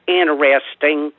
interesting